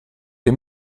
dei